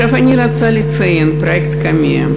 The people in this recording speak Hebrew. עכשיו אני רוצה לציין את פרויקט קמ"ע.